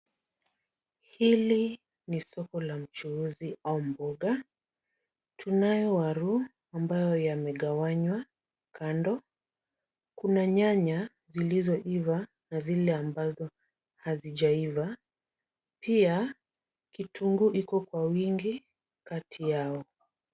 Hili ni soko la mchuuzi au mboga, tunayo waru ambayo yamegawanywa kando. Kuna nyanya zilizoiva na zile ambazo hazijaiva, pia kitunguu iko kwa wingi kati yao.